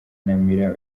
kunamira